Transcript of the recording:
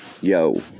Yo